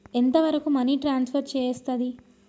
ఎంత వరకు money transfer చేయస్తది?